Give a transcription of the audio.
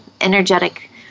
energetic